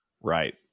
Right